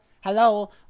Hello